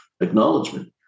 Acknowledgement